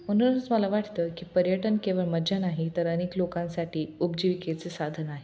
म्हणूनच मला वाटतं की पर्यटन केवळ मज्जा नाही तर अनेक लोकांसाठी उपजीविकेचें साधन आहे